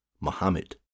Mohammed